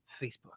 Facebook